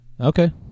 Okay